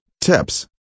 tips